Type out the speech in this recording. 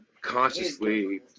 consciously